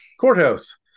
Courthouse